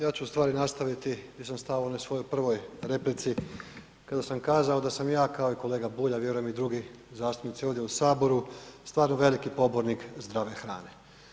Ja ću u stvari nastaviti gdje sam stao u onoj svojoj prvoj replici kada sam kazao da sam ja kao i kolega Bulj, a vjerujem i drugi zastupnici ovdje u saboru stvarno veliki pobornik zdrave hrane.